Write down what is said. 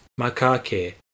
macaque